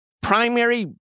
primary